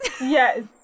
yes